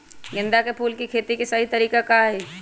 गेंदा के फूल के खेती के सही तरीका का हाई?